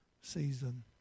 season